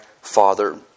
father